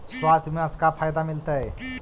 स्वास्थ्य बीमा से का फायदा मिलतै?